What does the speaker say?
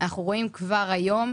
כבר היום,